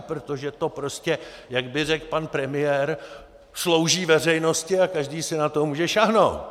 Protože to prostě, jak by řekl pan premiér, slouží veřejnosti a každý si na to může sáhnout.